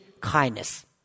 kindness